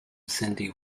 cindy